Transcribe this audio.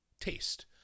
taste